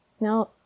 Now